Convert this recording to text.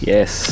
Yes